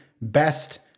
best